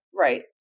Right